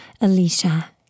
Alicia